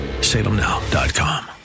Salemnow.com